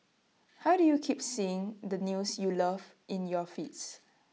how do you keep seeing the news you love in your feeds